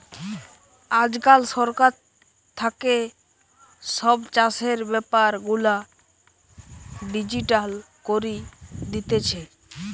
আজকাল সরকার থাকে সব চাষের বেপার গুলা ডিজিটাল করি দিতেছে